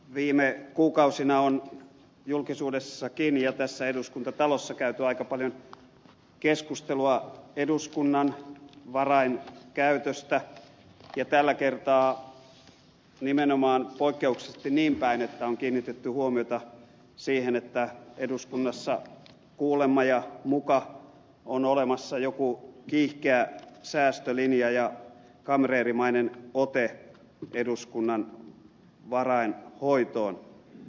viime kuukausina on julkisuudessakin ja tässä eduskuntatalossa käyty aika paljon keskustelua eduskunnan varainkäytöstä ja tällä kertaa nimenomaan poikkeuksellisesti niinpäin että on kiinnitetty huomiota siihen että eduskunnassa kuulemma ja muka on olemassa jokin kiihkeä säästölinja ja kamreerimainen ote eduskunnan varainhoitoon